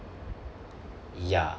ya